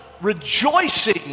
rejoicing